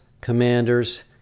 commanders